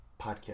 Podcast